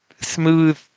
smooth